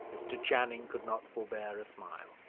mr. channing could not forbear a smile.